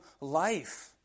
life